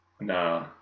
No